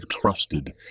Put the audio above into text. trusted